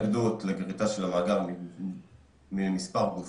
בדקתי אל מול הגורמים הרלוונטיים במשרד התחבורה לגבי מאגר הרב-קו